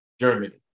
Germany